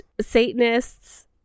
Satanists